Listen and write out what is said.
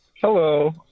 Hello